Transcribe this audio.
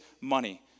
money